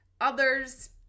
Others